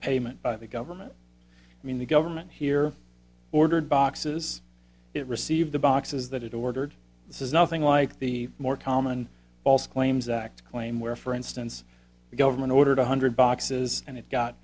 payment by the government i mean the government here ordered boxes it received the boxes that it ordered this is nothing like the more common false claims act claim where for instance the government ordered one hundred boxes and it got